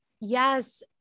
Yes